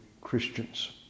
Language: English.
Christians